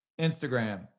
Instagram